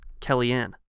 Kellyanne